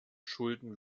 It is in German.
schulden